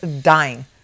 Dying